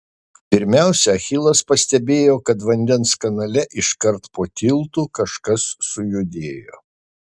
pirmiausia achilas pastebėjo kad vandens kanale iškart po tiltu kažkas sujudėjo